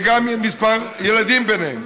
וגם כמה ילדים ביניהם.